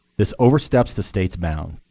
this oversteps the state's bounds.